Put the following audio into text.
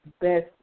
best